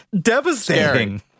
devastating